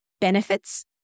benefits